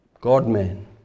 God-man